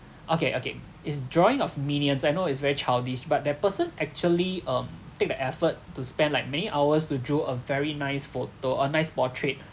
okay okay is drawing of minions I know it's very childish but that person actually um take the effort to spend like many hours to drew a very nice photo uh nice portrait